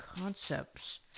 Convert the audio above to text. concepts